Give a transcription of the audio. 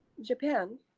Japan